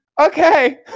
okay